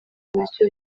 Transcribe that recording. nacyo